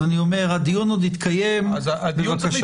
אז אני מזכיר לכם שעוד יתקיים דיון על זה בהמשך.